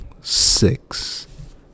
six